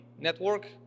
network